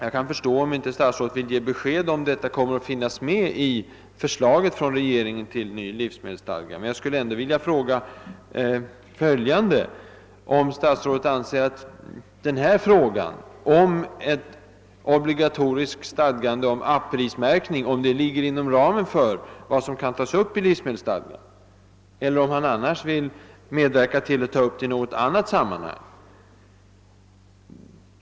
Jag kan förstå om statsrådet inte vill ge besked huruvida detta kommer att föreskrivas i regeringens förslag till ny livsmedelsstadga, men jag vill ändå fråga följande: Anser statsrådet att frågan om ett obligatoriskt stadgande om aprismärkning ligger inom ramen för vad som kan tas upp i livsmedelsstadgan, eller är statsrådet annars beredd att medverka till att detta tas upp i annat sammanhang?